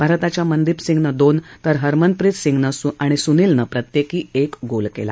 भारताच्या मनदिप सिंग यान दोन तर हरमनप्रित सिंग आणि सुनिलन प्रत्येकी एक एक गोल केला